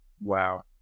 Wow